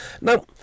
Now